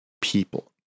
people